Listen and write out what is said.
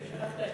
שכחת,